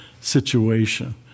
situation